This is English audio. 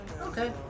Okay